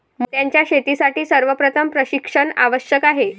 मोत्यांच्या शेतीसाठी सर्वप्रथम प्रशिक्षण आवश्यक आहे